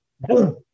boom